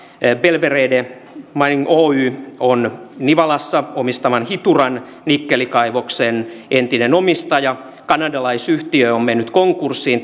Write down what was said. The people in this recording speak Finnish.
belvedere mining oy on nivalassa sijaitsevan hituran nikkelikaivoksen entinen omistaja kanadalaisyhtiö on mennyt konkurssiin